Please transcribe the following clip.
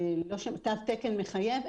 תו תקן מחייב?